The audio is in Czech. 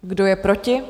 Kdo je proti?